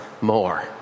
more